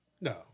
No